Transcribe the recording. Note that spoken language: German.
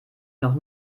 noch